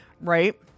Right